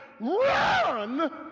run